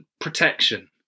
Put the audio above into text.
protection